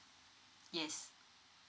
yes